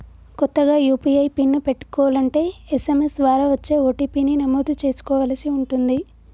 కొత్తగా UPI pin పెట్టుకోలంటే SMS ద్వారా వచ్చే ఓ.టీ.పీ ని నమోదు చేసుకోవలసి ఉంటుంది